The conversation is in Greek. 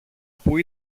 που